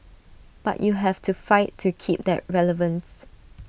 but you have to fight to keep that relevance